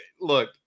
Look